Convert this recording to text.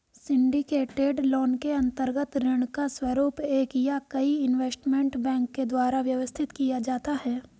syndicated loan के अंतर्गत ऋण का स्वरूप एक या कई इन्वेस्टमेंट बैंक के द्वारा व्यवस्थित किया जाता है